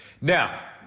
Now